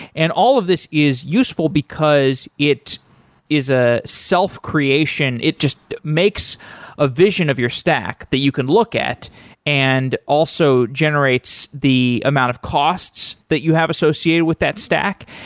and all of this is useful because it is a self-creation. it just makes a vision of your stack that you can look at and also generates the amount of costs that you have associated with that stack,